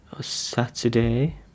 Saturday